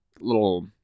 little